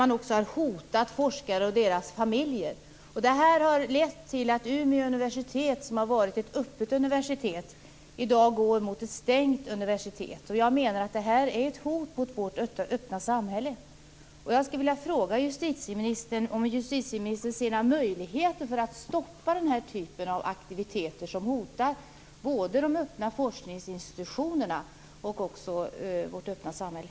Man har också hotat forskare och deras familjer. Det har lett till att Umeå universitet, som har varit ett öppet universitet, i dag går mot ett stängt universitet. Jag menar att detta är ett hot mot vårt öppna samhälle. Jag skulle vilja fråga justitieministern om justitieministern ser några möjligheter att stoppa den här typen av aktiviteter som hotar både de öppna forskningsinstitutionerna och vårt öppna samhälle.